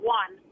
one